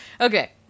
Okay